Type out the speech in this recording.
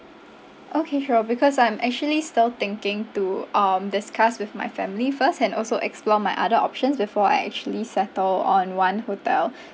okay sure because I'm actually still thinking to um discuss with my family first and also explore my other options before I actually settle on one hotel